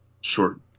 short